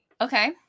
Okay